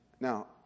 Now